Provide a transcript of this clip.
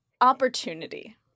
Opportunity